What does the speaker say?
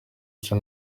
icyo